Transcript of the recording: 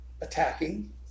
attacking